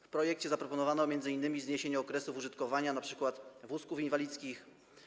W projekcie zaproponowano m.in. zniesienie okresów użytkowania np. wózków inwalidzkich.